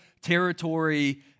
territory